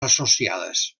associades